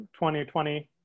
2020